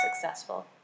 successful